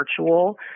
virtual